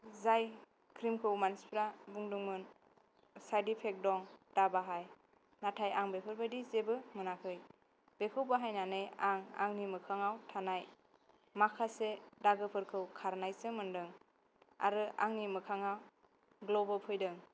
जाय क्रिमखौ मानसिफ्रा बुंदोंमोन साइद इपेक दं दाबाहाय नाथाय आं बेफोर बायदि जेबो मोनोखै बेखौ बाहायनानै आं आंनि मोखांआव थानाय माखासे दागो फोरखौ खारनायसो मोनदों आरो आंनि मोखांआ ग्ल'बो फैदों